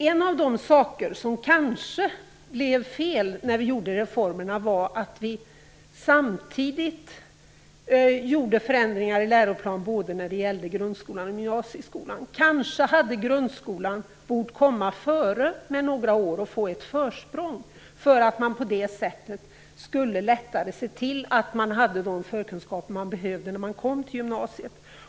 En av de saker som kanske blev fel när reformerna gjordes var att förändringarna i läroplanerna för grund och gymnasieskolan genomfördes samtidigt. Kanske borde grundskolan ha kommit några år före och fått ett försprång för att man på det sättet lättare hade kunnat se till att eleverna hade de förkunskaper de behövde när de kom till gymnasiet.